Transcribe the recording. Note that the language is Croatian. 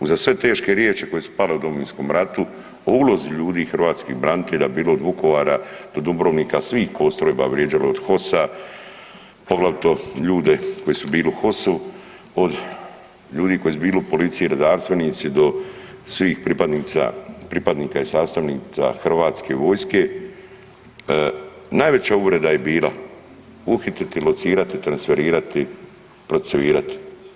Uza sve teške riječi koje su pale o Domovinskom ratu, o ulozi ljudi i hrvatskih branitelja bilo od Vukovara do Dubrovnika, svih postrojbi vrijeđalo od HOS-a, poglavito ljude koji su bili u HOS-u, od ljudi koji su bili u policiji, redarstvenici do svih pripadnika i sastavnica Hrvatske vojske, najveća uvreda je bila uhititi, locirati, transferirati, procesuirati.